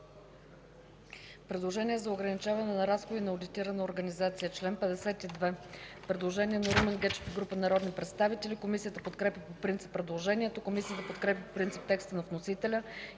„Предложение за ограничаване на разходи на одитирана организация”. Член 52 – предложение на Румен Гечев и група народни представители. Комисията подкрепя по принцип предложението. Комисията подкрепя по принцип текста на вносителя